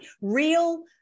real